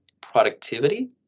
productivity